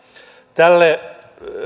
tälle